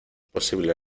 posible